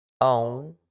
own